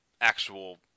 actual